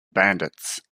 bandits